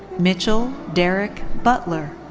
mitchell derek butler.